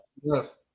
yes